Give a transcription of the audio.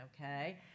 okay